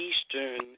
Eastern